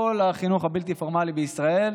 החינוך הבלתי-פורמלי בישראל.